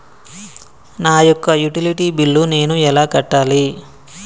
నా యొక్క utility bill నేను ఎలా కట్టాలి?